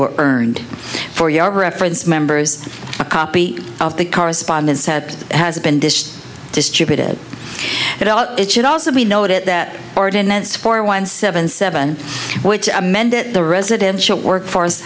were earned for your reference members a copy of the correspondence has been dished distributed at all it should also be noted that ordinance four one seven seven which amended the residential workforce